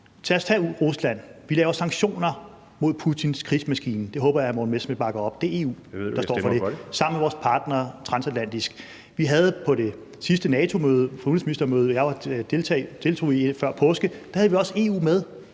Lad os tage Rusland. Vi laver sanktioner mod Putins krigsmaskine. Det håber jeg hr. Morten Messerschmidt bakker op. Det er EU, der står for det, sammen med vores partnere transatlantisk. Vi havde på det sidste NATO-møde, på udenrigsministermødet, som jeg